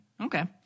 okay